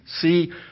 see